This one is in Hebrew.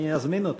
אני אזמין אותו.